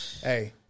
Hey